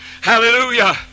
Hallelujah